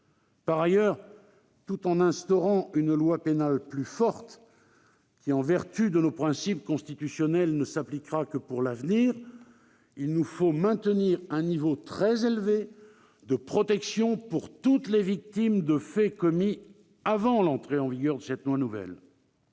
Par ailleurs, tout en instaurant une loi pénale plus forte qui, en vertu de nos principes constitutionnels, ne s'appliquera que pour l'avenir, il nous faut maintenir un niveau très élevé de protection pour toutes les victimes de faits commis avant l'entrée en vigueur de cette loi nouvelle.